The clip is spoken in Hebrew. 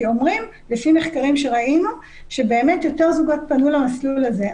כי לפי מחקרים שראינו באמת יותר זוגות פנו למסלול הזה.